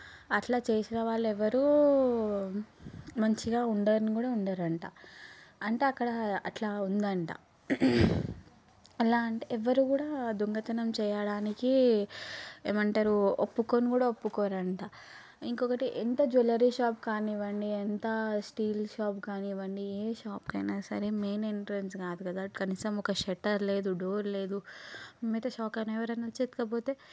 అట్లా చేసిన వాళ్ళు ఎవరు మంచిగా ఉండని కూడా ఉండరంట అంటే అక్కడ అట్లా ఉంది అంట అలా అంటే ఎవరు కూడా దొంగతనం చేయడానికి ఏమంటారు ఒప్పుకొని కూడా ఒప్పుకోరు అంట ఇంకొకటి ఎంత జ్యువెలరీ షాప్ కానివ్వండి ఎంత స్టీల్ షాప్ కానివ్వండి ఏం షాప్ అయినా సరే మెయిల్ ఎంట్రెన్స్ కాదు కదా కనీసం ఒక షట్టర్ లేదు డోర్ లేదు నేనైతే షాక్ అయినా ఎవరైనా వచ్చి ఎత్తుకపోతే